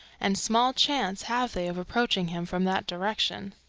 and small chance have they of approaching him from that direction.